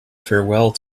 farewell